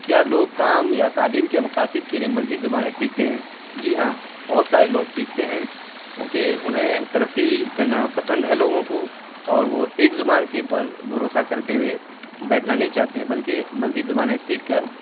کیا لوگ کام یا تعلیم کے مقاصد کے لیے مزید زبانیں سیکھتے ہیں جی ہاں بہت سارے لوگ سیکھتے ہیں کیونکہ انہیں ترقی کرنا پسند ہے لوگوں کو اور وہ ایک زبان کی پر بھروسہ کرتے ہوئے بیٹھنا نہیں چاہتے بلکہ مزید زبانیں سیکھ کر